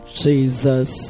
jesus